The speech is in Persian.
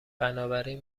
بنابراین